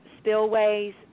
spillways